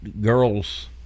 girls